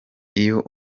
iyo